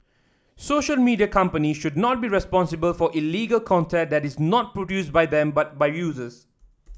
social media companies should not be responsible for illegal content that is not produced by them but by users